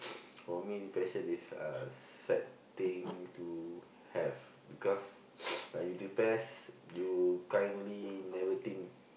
for me depression is uh sad thing to have because you depressed you kindly never think